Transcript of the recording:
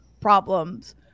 problems